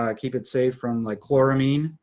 ah keep it safe from, like, chloramine,